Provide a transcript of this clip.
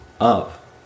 up